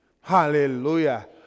Hallelujah